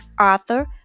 author